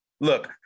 Look